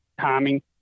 timing